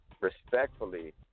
respectfully